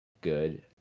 good